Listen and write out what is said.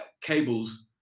cables